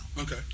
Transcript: Okay